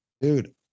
Dude